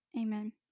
Amen